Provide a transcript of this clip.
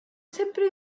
sempre